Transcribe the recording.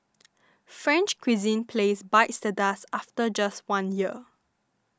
French cuisine place bites the dust after just one year